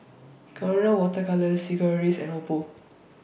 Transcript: Colora Water Colours Sigvaris and Oppo